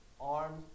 Arms